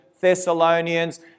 Thessalonians